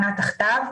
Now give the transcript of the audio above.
האלה.